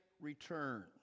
return